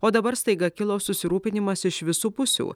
o dabar staiga kilo susirūpinimas iš visų pusių